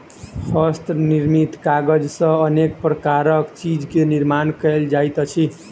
हस्त निर्मित कागज सॅ अनेक प्रकारक चीज के निर्माण कयल जाइत अछि